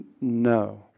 no